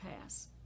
pass